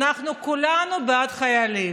אנחנו כולנו בעד חיילים,